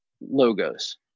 logos